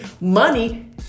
money